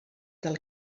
del